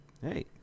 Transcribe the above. hey